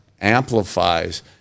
amplifies